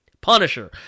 Punisher